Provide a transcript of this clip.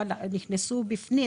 אבל נכנסו בפנים,